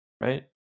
right